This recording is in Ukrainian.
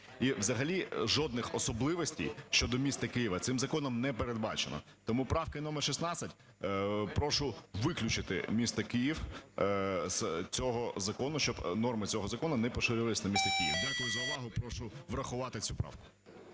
І взагалі жодних особливостей щодо міста Києва цим законом не передбачено. Тому правкою номер 16 прошу виключити місто Київ з цього закону, щоб норми цього закону не поширювались на місто Київ. Дякую за увагу. Прошу врахувати цю правку.